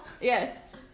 Yes